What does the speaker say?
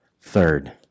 Third